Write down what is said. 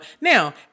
Now